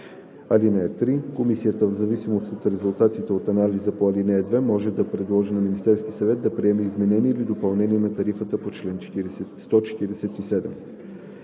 чл. 37. (3) Комисията, в зависимост от резултатите от анализа по ал. 2, може да предложи на Министерския съвет да приеме изменение или допълнение на тарифата по чл. 147.“